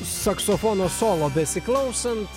saksofono solo besiklausant